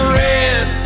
red